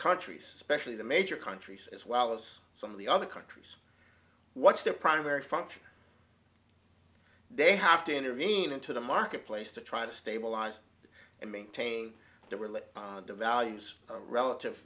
countries especially the major countries as well as some of the other countries what's their primary function they have to intervene into the marketplace to try to stabilize and maintain the really devalues relative